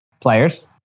players